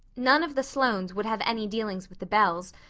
none of the sloanes would have any dealings with the bells,